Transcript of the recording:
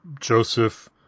Joseph